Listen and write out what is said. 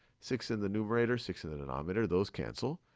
six in the numerator, six in the denominator, those cancel.